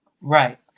Right